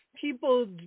people